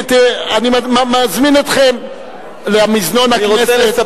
אני אזמין אתכם למזנון הכנסת.